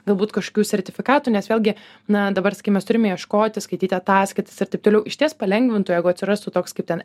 galbūt kažkokių sertifikatų nes vėlgi na dabar sakykim mes turime ieškoti skaityti ataskaitas ir taip toliau išties palengvintų jeigu atsirastų toks kaip ten